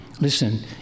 Listen